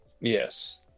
Yes